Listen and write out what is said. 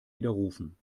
widerrufen